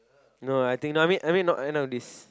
no I think no I mean I mean not end of this